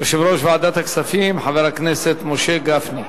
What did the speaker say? יושב-ראש ועדת הכספים, חבר הכנסת משה גפני.